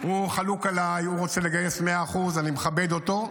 חלוק עליי, הוא רוצה לגייס 100%. אני מכבד אותו.